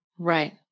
Right